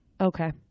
Okay